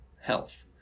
health